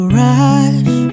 rush